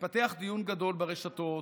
התפתח דיון גדול ברשתות.